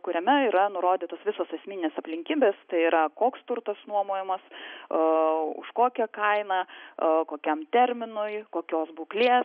kuriame yra nurodytos visos esminės aplinkybės tai yra koks turtas nuomojamas a už kokią kainą a kokiam terminui kokios būklės